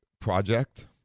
project